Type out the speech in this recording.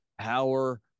power